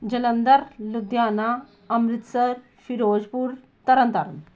Jalandhar Ludhiana Amritsar Firozpur Tarn Taran